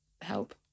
help